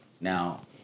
now